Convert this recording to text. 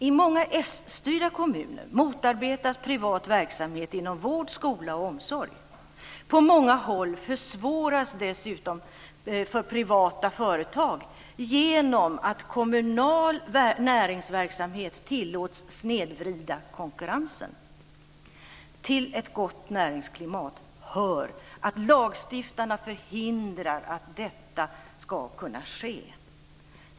I många s-styrda kommuner motarbetas privat verksamhet inom vård, skola och omsorg. På många håll försvåras dessutom för privata företag genom att kommunal näringsverksamhet tillåts snedvrida konkurrensen. Till ett gott näringsklimat hör att lagstiftaren förhindrar att detta ska kunna ske.